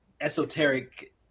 esoteric